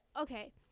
okay